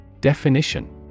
Definition